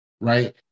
right